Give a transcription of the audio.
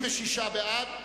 36 בעד,